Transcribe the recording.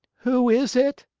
who is it?